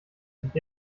sich